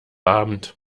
abend